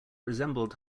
resembled